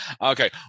Okay